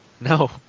No